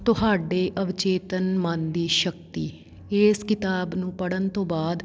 ਤੁਹਾਡੇ ਅਵਚੇਤਨ ਮਨ ਦੀ ਸ਼ਕਤੀ ਇਸ ਕਿਤਾਬ ਨੂੰ ਪੜ੍ਹਨ ਤੋਂ ਬਾਅਦ